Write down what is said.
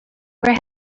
where